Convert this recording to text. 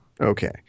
okay